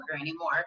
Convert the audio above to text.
anymore